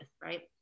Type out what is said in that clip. right